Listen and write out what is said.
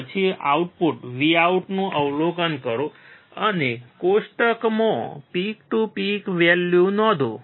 પછી output Vout નું અવલોકન કરો અને કોષ્ટકમાં પીક ટુ પીક વેલ્યુ નોંધો